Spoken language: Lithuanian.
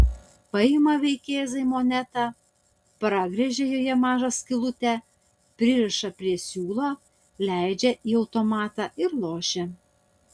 paima vaikėzai monetą pragręžia joje mažą skylutę pririša prie siūlo leidžia į automatą ir lošia